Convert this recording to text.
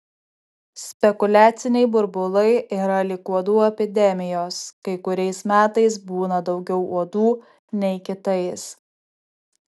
spekuliaciniai burbulai yra lyg uodų epidemijos kai kuriais metais būna daugiau uodų nei kitais